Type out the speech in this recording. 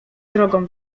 drogą